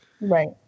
Right